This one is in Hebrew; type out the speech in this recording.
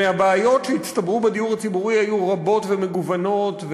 והבעיות שהצטברו בדיור הציבורי היו רבות ומגוונות,